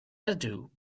ydw